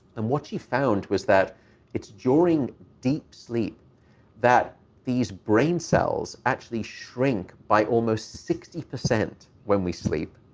and what she found was that it's during deep sleep that these brain cells actually shrink by almost sixty percent when we sleep.